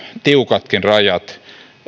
tiukat rajat